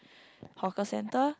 hawker centre